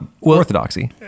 orthodoxy